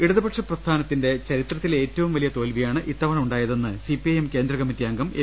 ഇടതുപക്ഷ പ്രസ്ഥാനത്തിന്റെ ചരിത്രത്തിലെ ഏറ്റവും വലിയ തോൽവിയാണ് ഇത്തവണ ഉണ്ടായതെന്ന് സിപിഐഎം കേന്ദ്രകമ്മ റ്റിയംഗം എം